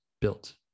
built